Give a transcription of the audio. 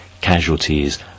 casualties